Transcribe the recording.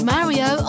Mario